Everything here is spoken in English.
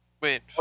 wait